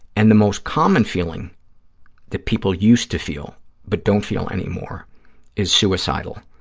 and the most common feeling that people used to feel but don't feel anymore is suicidal.